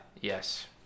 Yes